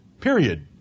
Period